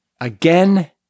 again